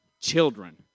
children